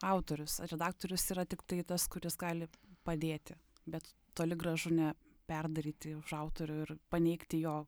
autorius o redaktorius yra tiktai tas kuris gali padėti bet toli gražu ne perdaryti už autorių ir paneigti jo